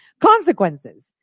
consequences